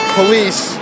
police